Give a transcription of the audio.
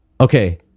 okay